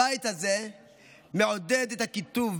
הבית הזה מעודד את הקיטוב,